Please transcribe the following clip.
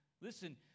listen